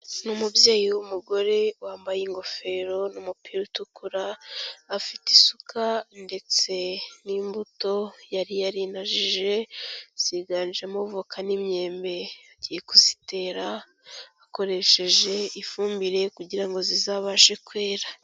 Ni umubyeyi w'umugore wambaye ingofero n'umupira utukura, afite isuka ndetse n'imbuto yari yarinajije, ziganjemo voka n'imyembe, agiye kuzitera akoresheje ifumbire kugira ngo zizabashe kwera.